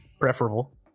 preferable